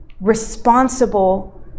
responsible